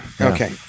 okay